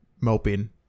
moping